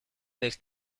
del